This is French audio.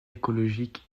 écologique